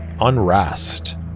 unrest